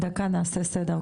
רגע נעשה סדר,